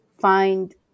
find